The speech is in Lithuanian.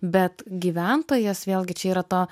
bet gyventojas vėlgi čia yra to